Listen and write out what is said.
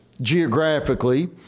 geographically